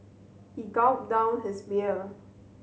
he gulped down his beer